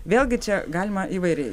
vėlgi čia galima įvairiai